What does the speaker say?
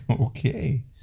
Okay